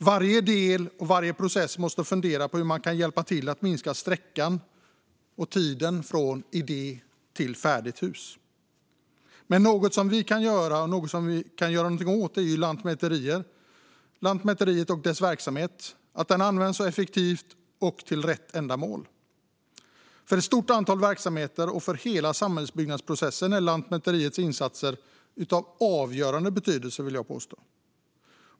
Varje del och varje process måste fundera på hur man kan hjälpa till att minska sträckan och tiden från idé till färdigt hus. Men något som vi kan göra och göra något åt är Lantmäteriet och dess verksamhet. Vi kan se till att den används effektivt och till rätt ändamål. För ett stort antal verksamheter och för hela samhällsbyggnadsprocessen är Lantmäteriets insatser av avgörande betydelse, vill jag påstå.